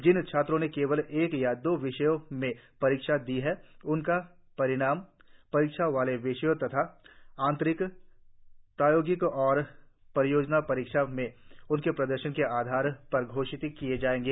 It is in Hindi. जिन छात्रों ने केवल एक या दो विषयों में परीक्षा दी है उनका परिणाम परीक्षा वाले विषय तथा आतंरिक प्रायोगिक और परियोजना परीक्षा में उनके प्रदर्शन के आधार पर घोषित किया जाएगा